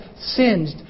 singed